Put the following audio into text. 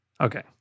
Okay